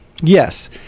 Yes